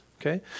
okay